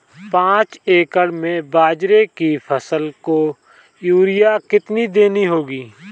पांच एकड़ में बाजरे की फसल को यूरिया कितनी देनी होगी?